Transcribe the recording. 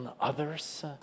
others